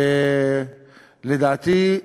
לדעתי,